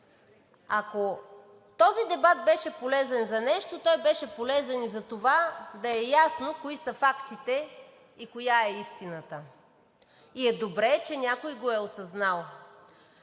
Ако този дебат беше полезен за нещо – той беше полезен, и затова да е ясно кои са фактите, и коя е истината, и е добре, че някой го е осъзнал.